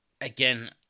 again